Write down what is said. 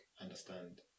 understand